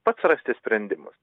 pats rasti sprendimus